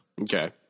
Okay